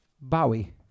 Bowie